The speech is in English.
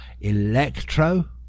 electro